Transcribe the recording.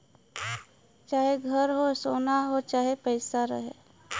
चाहे घर हो, सोना हो चाहे पइसा रहे